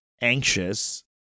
anxious